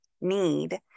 need